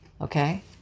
okay